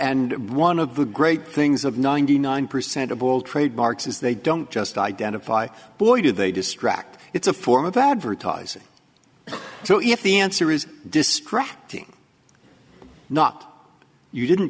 one of the great things of ninety nine percent of all trademarks is they don't just identify boy do they distract it's a form of advertising so if the answer is distracting not you didn't